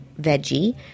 Veggie